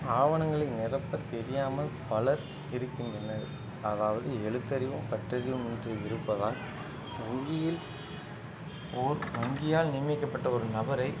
ஆவணங்களை நிரப்பத் தெரியாமல் பலர் இருக்கின்றனர் அதாவது எழுத்தறிவும் பட்டறிவும் இன்றி இருப்பதால் வங்கியில் ஓர் வங்கியால் நியமிக்கப்பட்ட ஒரு நபரை